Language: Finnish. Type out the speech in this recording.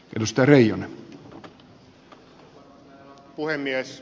arvoisa herra puhemies